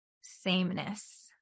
Sameness